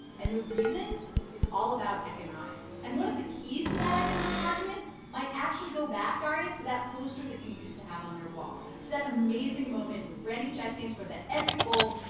and the reason is all about economics. and one of the keys to that economic argument might actually go back, darius, to that poster that you used to have on your wall, to that amazing moment when brandi chastain scored that epic goal,